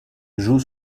joue